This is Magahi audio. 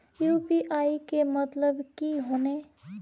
यु.पी.आई के मतलब की होने?